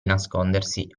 nascondersi